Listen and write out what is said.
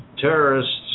terrorists